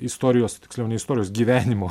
istorijos tiksliau ne istorijos gyvenimo